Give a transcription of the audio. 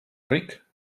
ric